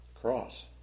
Cross